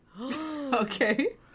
Okay